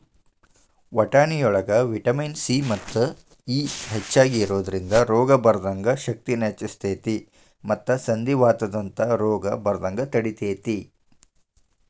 ವಟಾಣಿಯೊಳಗ vitamin C ಮತ್ತು E ಹೆಚ್ಚಾಗಿ ಇರೋದ್ರಿಂದ ರೋಗ ಬರದಂಗ ಶಕ್ತಿನ ಹೆಚ್ಚಸ್ತೇತಿ ಮತ್ತ ಸಂಧಿವಾತದಂತ ರೋಗ ಬರದಂಗ ತಡಿತೇತಿ